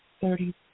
thirty